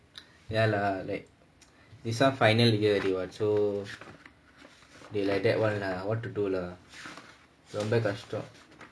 ya lah like this one final year already what so they like that one lah what to do lah ரொம்ப கஷ்டம்:romba kashtam